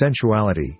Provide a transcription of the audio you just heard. sensuality